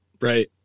Right